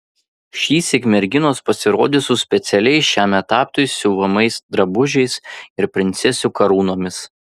šįsyk merginos pasirodys su specialiai šiam etapui siuvamais drabužiais ir princesių karūnomis